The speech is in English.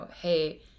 hey